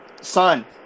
son